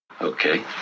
Okay